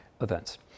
events